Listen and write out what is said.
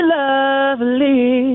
lovely